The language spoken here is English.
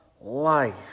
life